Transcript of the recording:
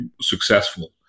successful